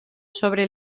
sobre